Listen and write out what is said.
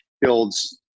builds